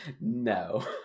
No